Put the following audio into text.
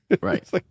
Right